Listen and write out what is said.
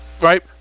Right